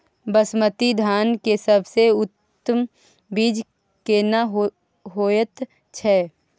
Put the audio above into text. बासमती धान के सबसे उन्नत बीज केना होयत छै?